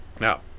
Now